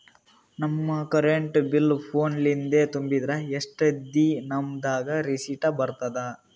ನಮ್ current bill phone ಲಿಂದೇ ತುಂಬಿದ್ರ, ಎಷ್ಟ ದಿ ನಮ್ ದಾಗ ರಿಸಿಟ ಬರತದ?